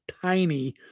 tiny